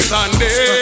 Sunday